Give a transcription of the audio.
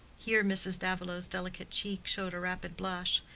here mrs. davilow's delicate cheek showed a rapid blush.